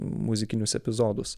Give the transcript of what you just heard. muzikinius epizodus